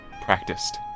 practiced